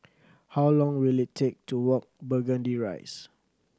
how long will it take to walk Burgundy Rise